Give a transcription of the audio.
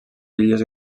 illes